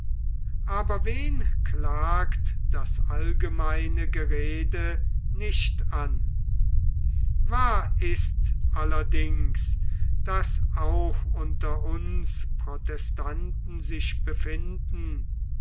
aber wen klagt das allgemeine gerede nicht an wahr ist es allerdings daß auch unter uns protestanten sich befinden